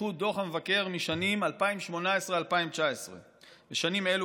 קחו את דוח המבקר מהשנים 2019-2018. בשנים אלו,